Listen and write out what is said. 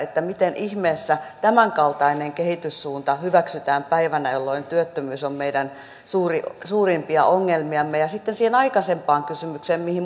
miten ihmeessä tämänkaltainen kehityssuunta hyväksytään päivänä jolloin työttömyys on meidän suurimpia ongelmiamme sitten se aikaisempi kysymys johon